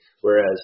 whereas